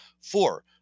Four